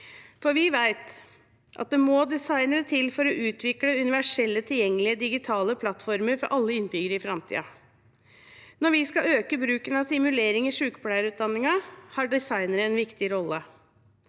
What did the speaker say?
for vi vet at det må designere til for å utvikle universelle, tilgjengelige digitale plattformer for alle innbyggere i framtiden. Når vi skal øke bruken av simulering i sykepleierutdanningen, har designere en viktig rolle.